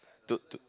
to to